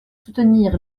soutenir